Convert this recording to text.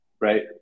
Right